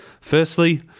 Firstly